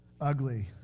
ugly